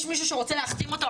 יש מישהו שרוצה להחתים אותו?